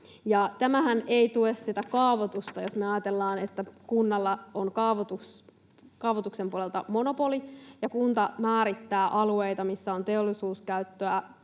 Tämähän ei tue kaavoitusta. Jos me ajatellaan, että kunnalla on kaavoituksen puolella monopoli, ja kunta määrittää alueita, missä on teollisuuskäyttöä,